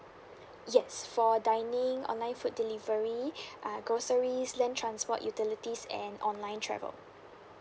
yes for dining online food delivery uh groceries land transport utilities and online travel